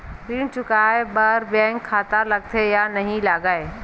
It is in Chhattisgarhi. ऋण चुकाए बार बैंक खाता लगथे या नहीं लगाए?